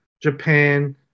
Japan